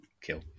kill